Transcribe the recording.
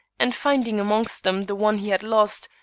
and finding amongst them the one he had lost,